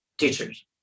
teachers